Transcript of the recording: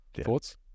Thoughts